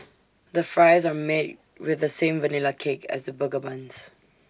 the fries are made with the same Vanilla cake as the burger buns